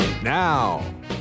Now